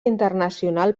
internacional